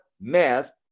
math